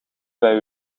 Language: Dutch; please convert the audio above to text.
bij